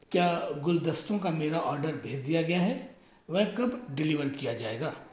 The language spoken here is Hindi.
क्या गुलदस्तों का मेरा आर्डर भेज दिया गया है वह कब डिलीवर किया जाएगा